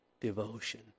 devotion